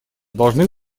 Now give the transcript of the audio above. должны